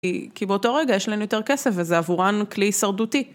כי באותו רגע יש לנו יותר כסף וזה עבורן כלי השרדותי.